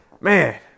Man